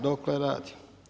Dokle radi?